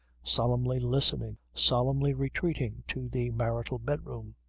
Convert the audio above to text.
solemnly listening, solemnly retreating to the marital bedroom.